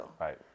Right